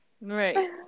right